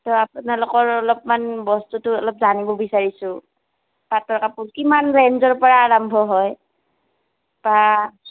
ত' আপোনালোকৰ অলপমান বস্তুটো অলপ জানিব বিচাৰিছোঁ পাটৰ কাপোৰ কিমান ৰেঞ্জৰ পৰা আৰম্ভ হয় বা